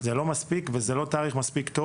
זה לא מספיק וזה לא תאריך טוב.